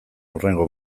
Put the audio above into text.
hurrengo